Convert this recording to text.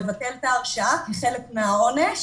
לבטל את ההרשעה כחלק מהעונש